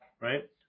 right